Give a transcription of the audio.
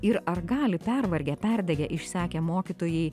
ir ar gali pervargę perdegę išsekę mokytojai